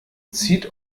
zieht